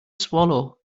swallow